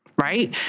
right